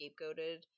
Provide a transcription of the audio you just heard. scapegoated